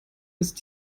ist